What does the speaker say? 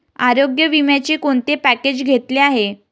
आरोग्य विम्याचे कोणते पॅकेज घेतले आहे?